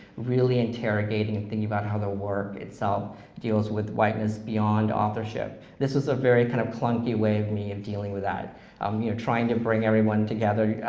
really interrogating, and thinking about how the work itself deals with whiteness beyond authorship. this was a very kind of clunky way of me dealing with that of me trying to bring everyone together,